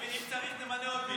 אפשר למנות עוד אחד.